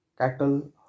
cattle